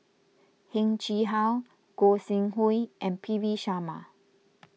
Heng Chee How Gog Sing Hooi and P V Sharma